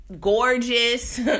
gorgeous